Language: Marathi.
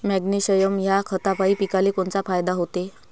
मॅग्नेशयम ह्या खतापायी पिकाले कोनचा फायदा होते?